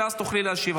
ואז תוכלי להשיב,